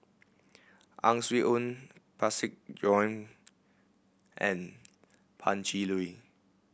Ang Swee Aun Parsick and Pan Cheng Lui